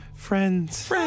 Friends